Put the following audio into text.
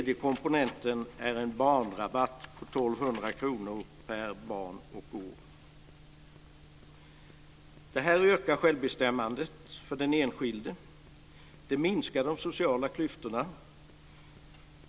Det här ökar självbestämmandet för den enskilde. Det minskar de sociala klyftorna.